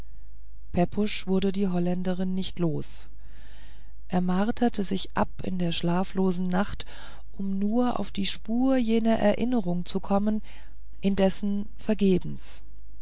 pepusch wurde die holländerin nicht los er marterte sich ab in der schlaflosen nacht um nur auf die spur jener erinnerung zu kommen indessen vergebens